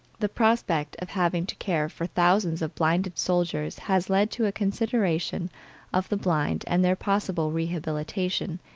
the prospect of having to care for thousands of blinded soldiers has led to a consideration of the blind and their possible rehabilitation,